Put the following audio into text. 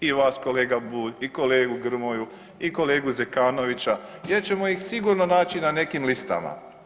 I vas, kolega Bulj i kolegu Grmoju i kolegu Zekanovića, gdje ćemo ih sigurno naći na nekim listama.